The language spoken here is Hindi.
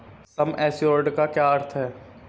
सम एश्योर्ड का क्या अर्थ है?